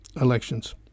elections